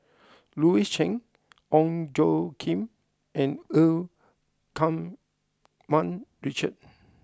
Louis Chen Ong Tjoe Kim and Eu Keng Mun Richard